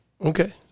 Okay